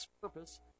Purpose